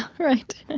um right?